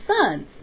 sons